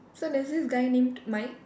so there's this guy named Mike